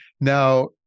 Now